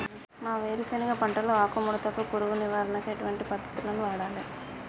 మా వేరుశెనగ పంటలో ఆకుముడత పురుగు నివారణకు ఎటువంటి పద్దతులను వాడాలే?